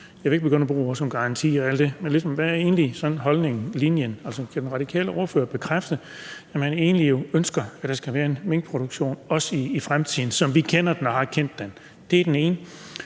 Jeg vil ikke begynde at bruge ord som garanti og alt det. Men hvad er egentlig sådan holdningen, linjen? Altså, kan den radikale ordfører bekræfte, at man egentlig ønsker, at der også skal være en minkproduktion i fremtiden, som vi kender den og har kendt den? Det er den ene